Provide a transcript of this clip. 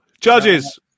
Judges